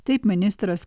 taip ministras